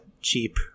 cheap